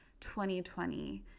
2020